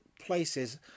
places